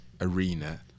arena